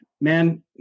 man